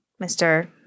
Mr